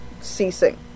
ceasing